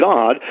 God